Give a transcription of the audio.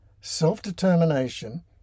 self-determination